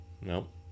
Nope